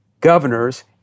governors